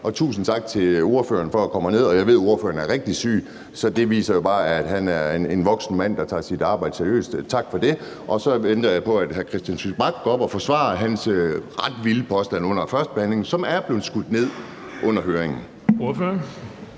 tusind tak til ordføreren for at komme herned i salen, og jeg ved, at ordføreren er rigtig syg. Så det viser jo bare, at han er en voksen mand, der tager sit arbejde seriøst, og tak for det, og så venter jeg på, at hr. Christian Friis Bach går op og forsvarer sin ret vilde påstand, som han kom med under førstebehandlingen, og som under høringen